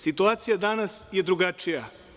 Situacija danas je drugačija.